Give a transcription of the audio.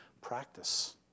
practice